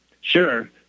Sure